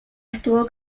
estuvo